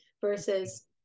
versus